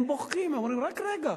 הם בוכים, הם אומרים: רק רגע,